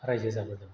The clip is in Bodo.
राइजो जाबोदों